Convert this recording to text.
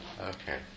Okay